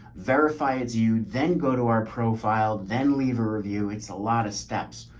verify as you then go to our profile, then leave a review. it's a lot of steps.